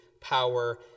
power